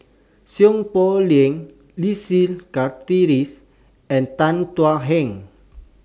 Seow Poh Leng Leslie Charteris and Tan Thuan Heng